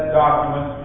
document